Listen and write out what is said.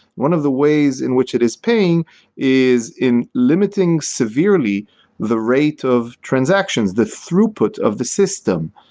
one of the ways in which it is paying is in limiting severely the rate of transactions, the throughput of the system,